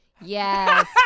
Yes